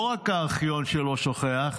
לא רק הארכיון לא שוכח,